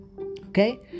Okay